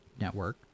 network